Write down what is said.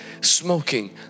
smoking